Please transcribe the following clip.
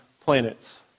planets